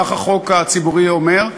כך החוק הציבורי אומר.